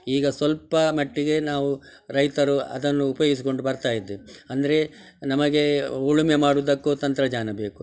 ಈಗ ಸ್ವಲ್ಪ ಮಟ್ಟಿಗೆ ನಾವು ರೈತರು ಅದನ್ನು ಉಪಯೋಗಿಸಿಕೊಂಡು ಬರ್ತಾಯಿದ್ದೇವೆ ಅಂದರೆ ನಮಗೆ ಉಳುಮೆ ಮಾಡುವುದಕ್ಕೂ ತಂತ್ರಜ್ಞಾನ ಬೇಕು